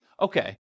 okay